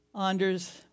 Anders